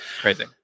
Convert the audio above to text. crazy